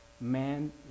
man